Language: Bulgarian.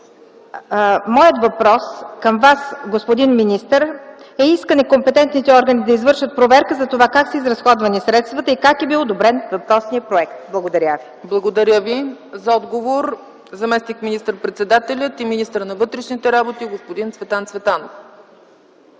Моят въпрос към Вас, господин министър, е: искане компетентните органи да извършат проверка за това как са изразходвани средствата и как е бил одобрен въпросният проект? Благодаря Ви. ПРЕДСЕДАТЕЛ ЦЕЦКА ЦАЧЕВА: Благодаря Ви. За отговор – заместник министър-председателят и министър на вътрешните работи господин Цветан Цветанов.